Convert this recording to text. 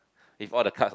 if all the card